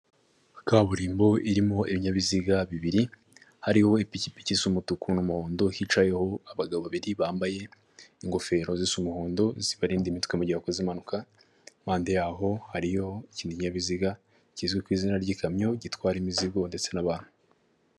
Kaburimbo irimo ibinyabiziga bibiri hariho ipikipiki isa umutuku n'umuhondo hicayeho abagabo babiri bambaye ingofero z'umuhondo zibarinda imitwe mugihe bakoze impanuka, impande yaho hariyo ikinyabiziga kizwi ku izina ry'ikamyo gitwara imizigo ndetse n'abantu.